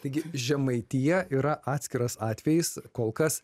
taigi žemaitija yra atskiras atvejis kol kas